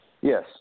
Yes